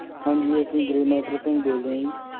ਹਾਂਜੀ ਅਸੀਂ grey matters ਤੋਂ ਹੀ ਬੋਲਦੇ ਹਾਂ ਜੀ